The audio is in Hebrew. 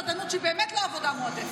אם, מסעדנות, שזו באמת לא עבודה מועדפת.